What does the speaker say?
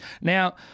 Now